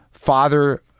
Father